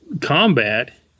combat